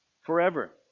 forever